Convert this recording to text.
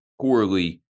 poorly